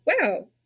wow